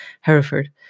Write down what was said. Hereford